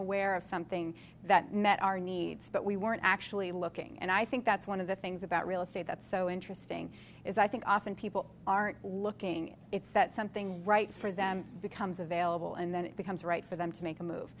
aware of something that met our needs but we weren't actually looking and i think that's one of the things about real estate that's so interesting is i think often people aren't looking it's that something right for them becomes available and then it becomes right for them to make a move